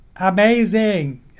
amazing